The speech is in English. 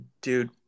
dude